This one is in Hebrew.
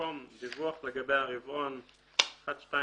ובמקום "דיווח לגבי הרבעון (I/II/III/IV)